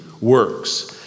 works